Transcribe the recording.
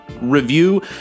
review